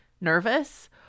nervous